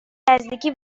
نزدیکی